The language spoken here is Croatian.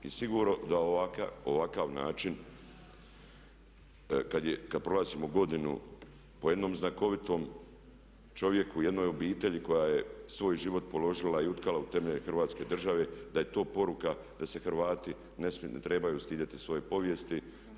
I sigurno da ovakav način kad proglasimo godinu po jednom znakovitom čovjeku, jednoj obitelji koja je svoj život položila i utkala u temelje Hrvatske države da je to poruka da se Hrvati ne trebaju stidjeti svoje povijesti.